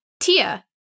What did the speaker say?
Tia